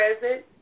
present